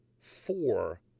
four